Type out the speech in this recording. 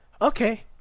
okay